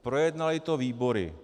Projednaly to výbory.